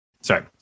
sorry